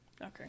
Okay